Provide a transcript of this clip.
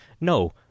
No